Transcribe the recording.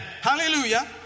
Hallelujah